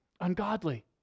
ungodly